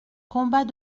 combat